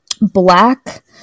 black